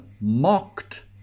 mocked